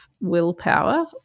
willpower